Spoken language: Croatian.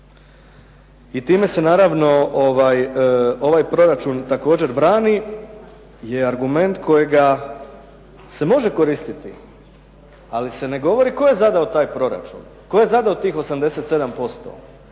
i time se naravno ovaj proračun također brani je argument kojega se može koristiti ali se ne govori tko je zadao taj proračun, to je zadao tih 87%.